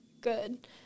good